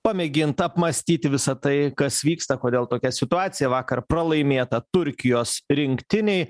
pamėgint apmąstyt visa tai kas vyksta kodėl tokia situacija vakar pralaimėta turkijos rinktinei